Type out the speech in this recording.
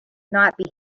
not